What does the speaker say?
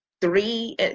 three